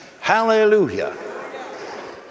Hallelujah